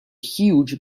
huge